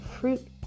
fruit